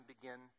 begin